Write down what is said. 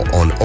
on